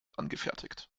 angefertigt